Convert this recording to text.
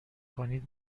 کنید